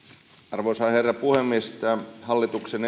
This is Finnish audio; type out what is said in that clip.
arvoisa herra puhemies tässä hallituksen